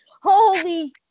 Holy